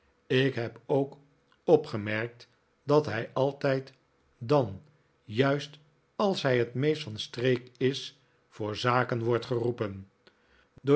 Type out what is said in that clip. ik heb ook opgemerkt dat hij altijd dan juist als hij het ineest van streek is voor zaken wordt geroepen